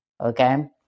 okay